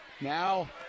Now